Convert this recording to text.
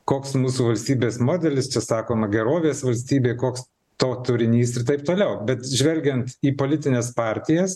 koks mūsų valstybės modelis čias sakoma gerovės valstybė koks to turinys ir taip toliau bet žvelgiant į politines partijas